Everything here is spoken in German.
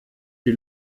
die